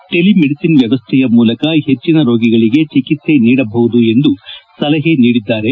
tele ಮೆಡಿಟನ್ ವ್ಯವಸ್ಥೆಯ ಮೂಲಕ ಹೆಚ್ಚನ ರೋಗಿಗಳಿಗೆ ಚಿಕಿತ್ಸೆ ನೀಡಬಹುದು ಎಂದು ಸಲಹೆ ನೀಡಿದ್ದಾರೆ